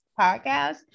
podcast